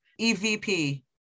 EVP